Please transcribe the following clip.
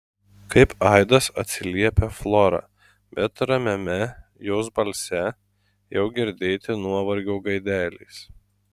kaip aidas atsiliepia flora bet ramiame jos balse jau girdėti nuovargio gaidelės